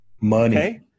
Money